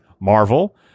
Marvel